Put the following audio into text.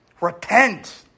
repent